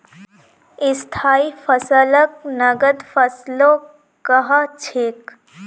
स्थाई फसलक नगद फसलो कह छेक